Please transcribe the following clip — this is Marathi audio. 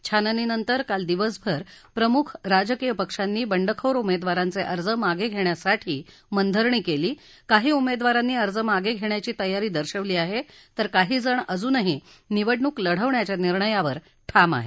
छाननीनंतर काल दिवसभर प्रमुख राजकीय पक्षांनी बंडखोर उमेदवारांचे अर्ज मागे घेण्यासाठी मनधरणी केली काही उमेदवारांनी अर्ज मागे घेण्याची तयारी दर्शवली आहे तर काही जण अजूनही निवडणूक लढवण्याच्या निर्णयावर ठाम आहेत